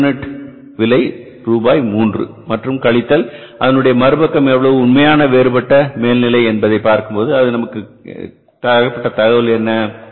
ஒரு யூனிட் விலை ரூபாய் 3 மற்றும் கழித்தல் அதனுடைய மறுபக்கம் எவ்வளவு உண்மையான வேறுபட்ட மேல்நிலை என்பதை பார்க்கும்போது நமக்கு தரப்படும் தகவல் என்ன